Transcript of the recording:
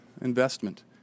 investment